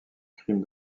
crime